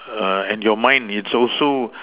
err and your mind it's also